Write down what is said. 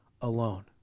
alone